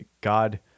God